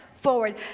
forward